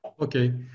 Okay